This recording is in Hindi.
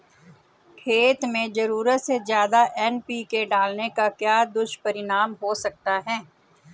खेत में ज़रूरत से ज्यादा एन.पी.के डालने का क्या दुष्परिणाम हो सकता है?